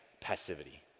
passivity